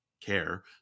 care